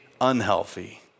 unhealthy